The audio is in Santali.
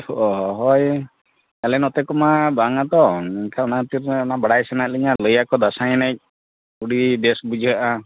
ᱚᱻ ᱦᱳᱭ ᱟᱞᱮ ᱱᱚᱛᱮ ᱠᱚᱢᱟ ᱵᱟᱝᱟ ᱛᱚ ᱢᱮᱱᱠᱷᱟᱱ ᱚᱱᱟ ᱠᱷᱟᱹᱛᱤᱨ ᱚᱱᱟ ᱵᱟᱲᱟᱭ ᱥᱟᱱᱟᱭᱮᱫ ᱞᱤᱧᱟ ᱞᱟᱹᱭᱟ ᱠᱚ ᱫᱟᱸᱥᱟᱭ ᱮᱱᱮᱡ ᱟᱹᱰᱤ ᱵᱮᱥ ᱵᱩᱡᱷᱟᱹᱜᱼᱟ